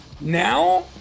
now